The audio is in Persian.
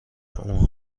اون